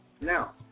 Now